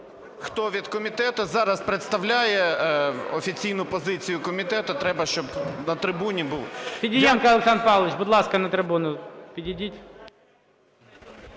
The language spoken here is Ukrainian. Хто від комітету зараз представляє офіційну позицію комітету треба, щоб на трибуні був. ГОЛОВУЮЧИЙ.